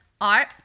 art